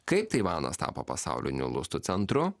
kaip taivanas tapo pasauliniu lustų centru